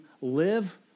live